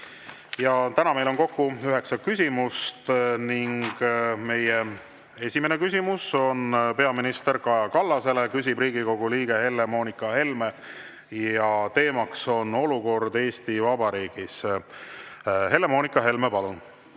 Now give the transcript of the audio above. Täna on meil kokku üheksa küsimust. Meie esimene küsimus on peaminister Kaja Kallasele, küsib Riigikogu liige Helle-Moonika Helme ja teema on olukord Eesti Vabariigis. Helle-Moonika Helme, palun!